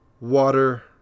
water